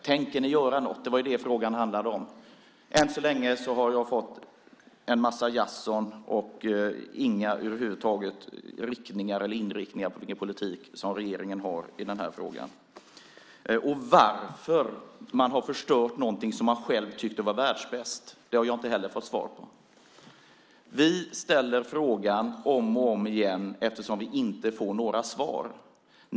Tänker ni göra något? Det var det frågan handlade om. Än så länge har jag fått en massa jaså men ingen inriktning över huvud taget på vilken politik som regeringen har i den här frågan. Varför har man förstört något som man själv tyckte var världsbäst? Det har jag inte heller fått svar på. Vi ställer våra frågor om och om igen eftersom vi inte får några svar.